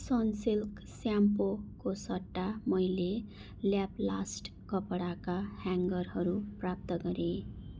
Sunsilk स्याम्पोको सट्टा मैले ल्याप्लास्ट कपडाका ह्याङ्गरहरू प्राप्त गरेँ